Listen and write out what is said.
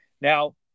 Now